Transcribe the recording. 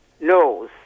knows